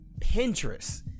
pinterest